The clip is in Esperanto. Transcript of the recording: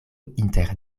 inter